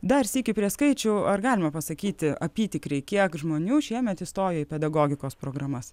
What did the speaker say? dar sykį prie skaičių ar galima pasakyti apytikriai kiek žmonių šiemet įstojo į pedagogikos programas